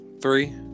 Three